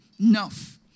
Enough